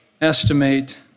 estimate